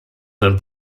sein